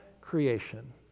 creation